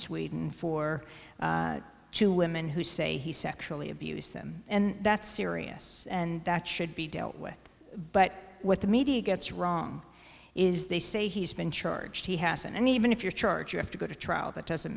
sweden for two women who say he sexually abused them and that's serious and that should be dealt with but what the media gets wrong is they say he's been charged he hasn't and even if you're charge you have to go to trial that doesn't